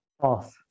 False